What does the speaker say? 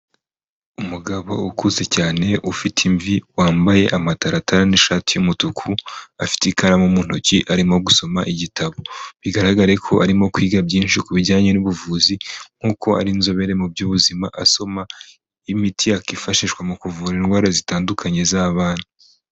Umugabo ukuze cyane ufite imvi wambaye amataratara n'ishati y'umutuku, afite ikaramu mu ntoki arimo gusoma igitabo, bigaragare ko arimo kwiga byinshi ku bijyanye n'ubuvuzi nk'uko ari inzobere mu by'ubuzima, asoma imiti yakifashishwa mu kuvura indwara zitandukanye z'abana.